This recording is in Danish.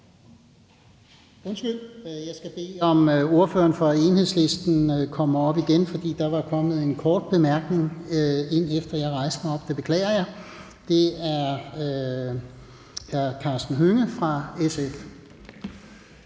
Undskyld, jeg skal bede ordføreren for Enhedslisten komme herop igen, for der er kommet et ønske om en kort bemærkning, efter at jeg rejste mig op. Det beklager jeg. Værsgo til hr. Karsten Hønge fra SF.